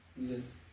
Yes